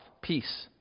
peace